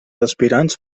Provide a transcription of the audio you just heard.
aspirants